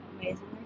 amazingly